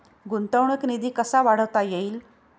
गुंतवणूक निधी कसा वाढवता येईल?